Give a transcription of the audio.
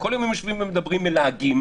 כל יום הם יושבים ומדברים ומלהגים,